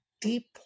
deep